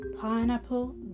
pineapple